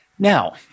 Now